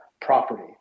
property